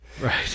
right